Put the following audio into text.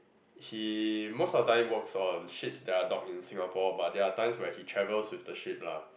he most of the time works on ship that are dock in Singapore but there are time when he travels with the ship lah